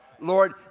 Lord